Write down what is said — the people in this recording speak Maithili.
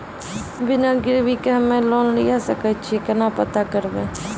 बिना गिरवी के हम्मय लोन लिये सके छियै केना पता करबै?